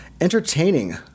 entertaining